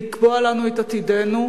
לקבוע לנו את עתידנו,